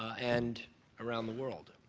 and around the world.